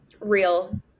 Real